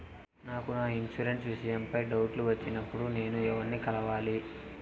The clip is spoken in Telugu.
నాకు నా ఇన్సూరెన్సు విషయం పై డౌట్లు వచ్చినప్పుడు నేను ఎవర్ని కలవాలి?